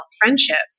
friendships